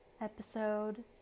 episode